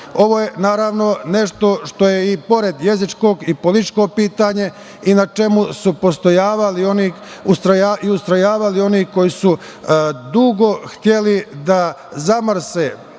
je naravno nešto što je pored jezičkog i političko pitanje i na čemu su postojavali i ustrojavali oni koji su dugo hteli da zamrse